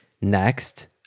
Next